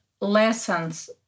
lessons